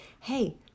hey